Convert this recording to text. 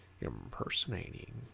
impersonating